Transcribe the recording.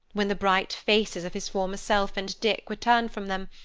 when the bright faces of his former self and dick were turned from them,